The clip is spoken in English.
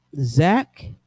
Zach